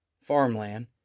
Farmland